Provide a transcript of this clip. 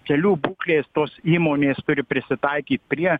kelių būklės tos įmonės turi prisitaikyt prie